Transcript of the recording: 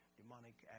demonic